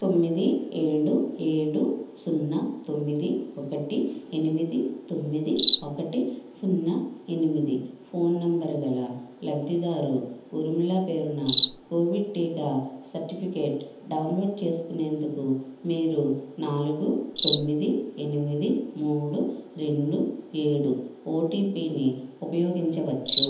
తొమ్మిది ఏడు ఏడు సున్నా తొమ్మిది ఒకటి ఎనిమిది తొమ్మిది ఒకటి సున్నా ఎనిమిది ఫోన్ నెంబరు గల లబ్ధిదారు ఊర్మిళ పేరున కోవిడ్ టీకా సర్టిఫికేట్ డౌన్లోడ్ చేసుకునేందుకు మీరు నాలుగు తొమ్మిది ఎనిమిది మూడు రెండు ఏడు ఓటీపీని ఉపయోగించవచ్చు